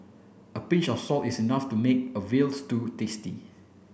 a pinch of salt is enough to make a veal stew tasty